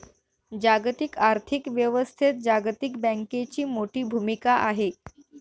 जागतिक आर्थिक व्यवस्थेत जागतिक बँकेची मोठी भूमिका आहे